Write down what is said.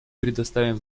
предоставим